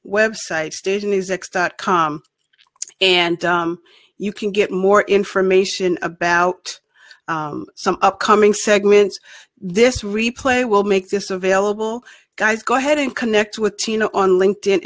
website station is x dot com and you can get more information about some upcoming segments this replay will make this available guys go ahead and connect with tina on linked in